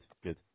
good